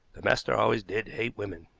the master always did hate women.